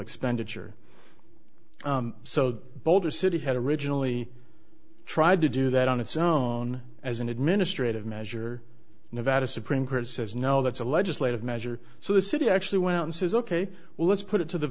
expenditure so the boulder city had originally tried to do that on its own as an administrative measure nevada supreme court says no that's a legislative measure so the city actually went out and says ok well let's put it to the